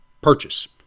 purchase